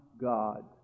God